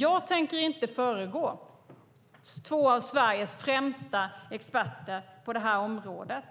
Jag tänker inte föregripa två av Sveriges främsta experter på området